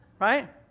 Right